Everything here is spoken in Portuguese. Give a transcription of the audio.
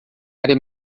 área